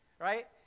right